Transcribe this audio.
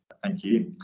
thank you.